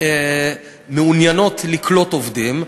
שמעוניינות לקלוט עובדים.